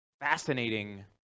Fascinating